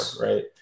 right